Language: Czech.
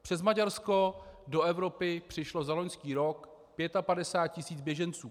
Přes Maďarsko do Evropy přišlo za loňský rok 55 tisíc běženců.